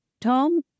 Tom